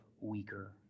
weaker